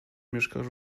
mieszkasz